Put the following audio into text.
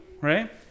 Right